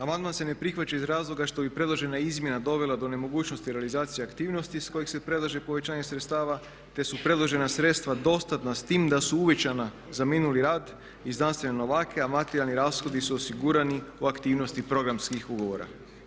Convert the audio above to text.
Amandman se ne prihvaća iz razloga što bi predložena izmjena dovela do nemogućnosti realizacije aktivnosti iz kojih se predlaže povećanje sredstava te su predložena sredstva dostatna s time da su uvećana za minuli rad i znanstvene novake a materijalni rashodi su osigurani u aktivnosti programskih ugovora.